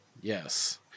Yes